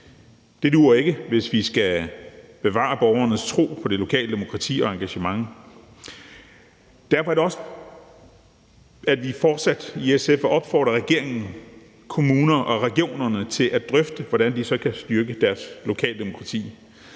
Det duer ikke, hvis vi skal bevare borgernes tro på det lokale demokrati og engagement. Det er også derfor, at vi fortsat i SF opfordrer regeringen, kommunerne og regionerne til at drøfte, hvordan de så kan styrke deres lokaldemokrati.